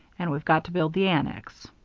and we've got to build the annex.